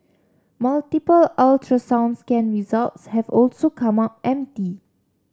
multiple ultrasound scan results have also come up empty